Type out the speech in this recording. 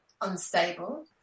unstable